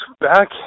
back